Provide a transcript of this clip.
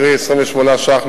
קרי 28 ש"ח,